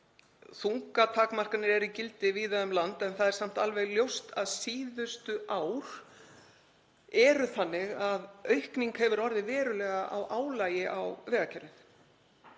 Þungatakmarkanir eru í gildi víða um land en það er samt alveg ljóst að síðustu ár eru þannig að aukning hefur orðið veruleg á álagi á vegakerfið